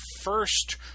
first